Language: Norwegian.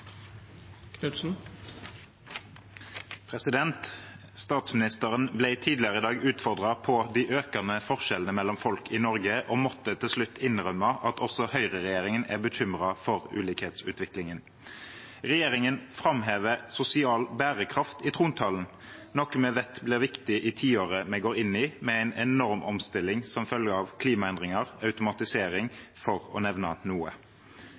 overstyring. Statsministeren ble tidligere i dag utfordret på de økende forskjellene mellom folk i Norge og måtte til slutt innrømme at også høyreregjeringen er bekymret for ulikhetsutviklingen. Regjeringen framhever sosial bærekraft i trontalen, noe vi vet blir viktig i tiåret vi går inn i, med en enorm omstilling som følge av klimaendringer og automatisering, for å nevne noe.